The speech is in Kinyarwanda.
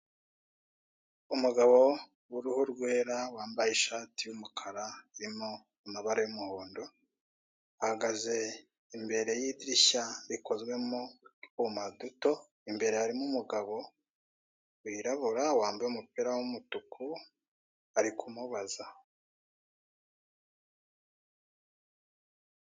Umugabo w'uruhu rwera, wambaye ishati y'umukara irimo amabara y'umuhondo, ahagaze imbere y'idirishya rikozwe m'utwuma duto, imbere harimo umugabo wirabura wambaye umupira w'umutuku, arikumubaza.